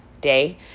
day